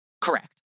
correct